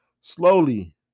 slowly